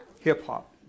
Hip-hop